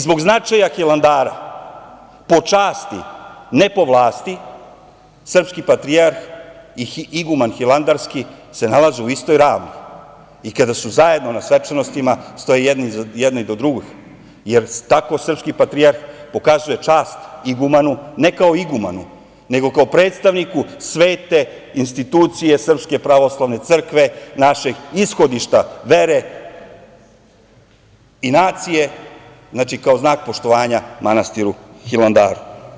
Zbog značaja Hilandara po časti, ne po vlasti, srpski patrijarh i iguman hilandarski se nalaze u istoj ravni i kada su zajedno na svečanostima stoje jedan do drugog, jer tako srpski patrijarh pokazuje čast igumanu ne kao igumanu, nego kao predstavniku svete institucije SPC, našeg ishodišta vere i nacije, kao znak poštovanja manastiru Hilandaru.